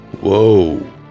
Whoa